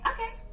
Okay